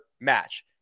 match